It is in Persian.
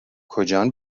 کجان